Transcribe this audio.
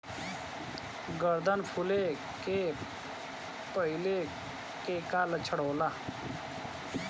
गर्दन फुले के पहिले के का लक्षण होला?